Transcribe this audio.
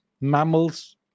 mammals